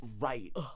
Right